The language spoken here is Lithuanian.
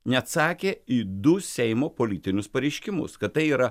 neatsakė į du seimo politinius pareiškimus kad tai yra